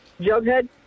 Jughead